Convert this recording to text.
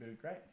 great